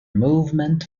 movement